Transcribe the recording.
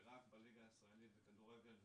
ורק בליגה הישראלית בכדורגל,